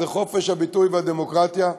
חופש הביטוי והדמוקרטיה,